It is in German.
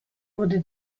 wurde